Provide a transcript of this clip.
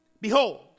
Behold